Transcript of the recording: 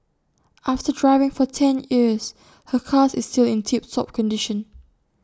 after driving for ten years her car is still in tip top condition